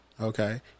Okay